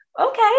okay